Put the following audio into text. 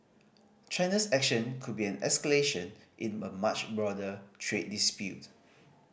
China's action could be an escalation in a much broader trade dispute